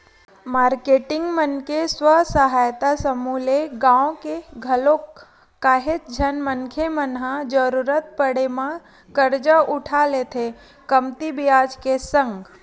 marketing मन के स्व सहायता समूह ले गाँव के घलोक काहेच झन मनखे मन ह जरुरत पड़े म करजा उठा लेथे कमती बियाज के संग